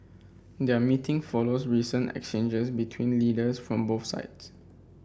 their meeting follows recent exchanges between leaders from both sides